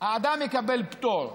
האדם מקבל פטור.